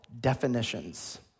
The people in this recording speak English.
definitions